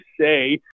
say